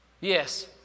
Yes